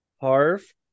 Harv